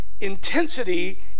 intensity